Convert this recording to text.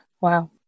wow